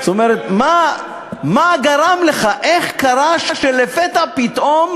זאת אומרת, מה גרם לך, איך קרה שלפתע פתאום